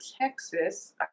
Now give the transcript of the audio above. Texas